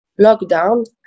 lockdown